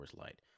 Light